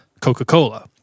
Coca-Cola